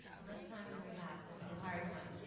um much time do we have? that's a hard one.